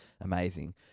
amazing